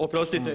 Oprostite.